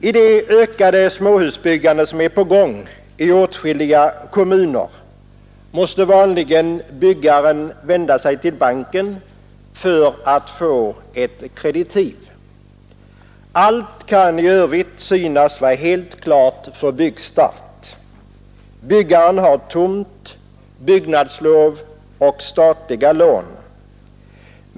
I det ökade småhusbyggande som är på gång i åtskilliga kommuner måste vanligen byggaren vända sig till banken för att få ett kreditiv. Allt kan i övrigt synas vara helt klart för byggstart. Byggaren har tomt, byggnadslov och statliga lån.